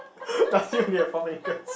does he only have Four Fingers